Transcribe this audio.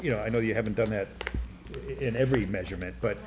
you know i know you haven't done that in every measurement but